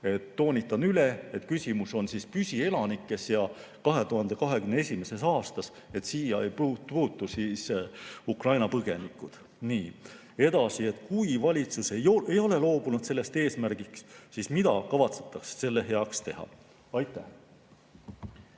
Toonitan üle, et küsimus on püsielanike ja 2021. aasta kohta, siia ei puutu Ukraina põgenikud. Nii, edasi. Kui valitsus ei ole loobunud sellest eesmärgist, siis mida kavatsetakse selle heaks teha? Aitäh!